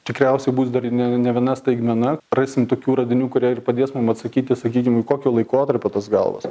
tikriausiai bus dar ne ne viena staigmena rasim tokių radinių kurie ir padės mum atsakyti sakykim kokio laikotarpio tos galvos